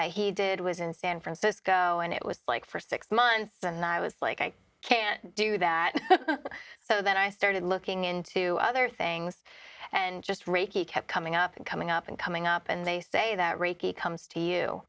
that he did was in san francisco and it was like for six months and i was like i can't do that so then i started looking into other things and just reiki kept coming up and coming up and coming up and they say that reiki comes to you